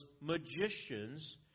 magicians